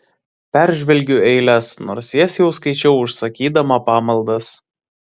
peržvelgiu eiles nors jas jau skaičiau užsakydama pamaldas